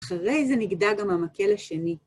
אחרי זה נגדע גם המקל השני.